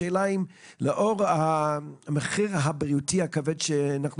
השאלה היא אם לאור המחיר הבריאותי הכבד שאנחנו